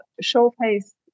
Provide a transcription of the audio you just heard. showcase